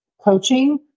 coaching